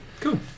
Cool